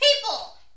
People